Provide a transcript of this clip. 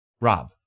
Rob